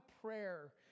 prayer